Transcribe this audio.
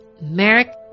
Merrick